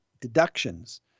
deductions